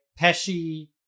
Pesci